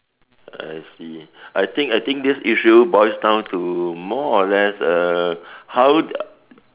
I see I think I think this issue boils down to more or less err how